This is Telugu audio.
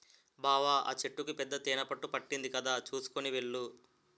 బావా ఆ చెట్టుకి పెద్ద తేనెపట్టు పట్టింది కదా చూసుకొని వెళ్ళు